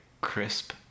crisp